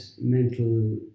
mental